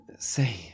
Say